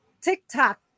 TikTok